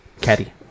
caddy